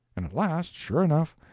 and at last, sure enough,